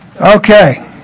Okay